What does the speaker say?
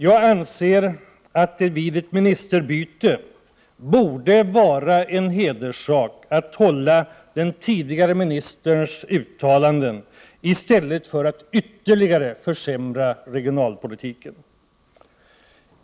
Jag anser att det vid ett ministerbyte borde vara en hederssak att hålla den tidigare ministerns uttalanden i stället för att ytterligare försämra regionalpolitiken.